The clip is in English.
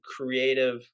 creative